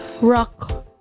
rock